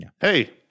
Hey